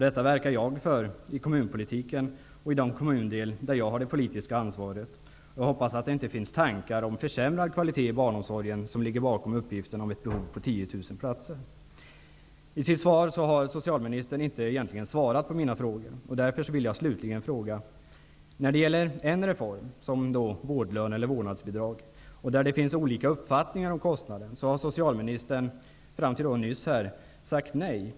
Detta verkar jag för i kommunpolitiken och i den kommundel där jag har det politiska ansvaret. Jag hoppas att det inte är tankar om försämrad kvalitet i barnomsorgen som ligger bakom uppgiften om ett behov på 10 000 platser. I sitt svar har socialministern egentligen inte svarat på mina frågor. Därför vill jag slutligen ställa en fråga. När det gäller en reform, t.ex. vårdlön eller vårdnadsbidrag, där det finns olika uppfattningar om kostnaden har socialministern fram till alldeles nyss sagt nej.